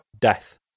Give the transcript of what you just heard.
death